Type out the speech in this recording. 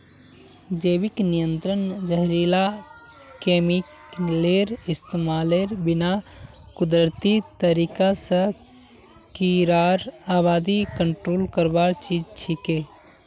जैविक नियंत्रण जहरीला केमिकलेर इस्तमालेर बिना कुदरती तरीका स कीड़ार आबादी कंट्रोल करवार चीज छिके